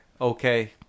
okay